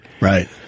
Right